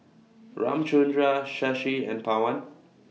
Ramchundra Shashi and Pawan